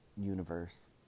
universe